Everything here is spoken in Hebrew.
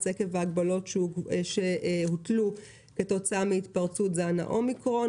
עקב ההגבלות שהוטלו כתוצאה מהתפרצות זן האומיקרון,